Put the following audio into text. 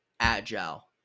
Agile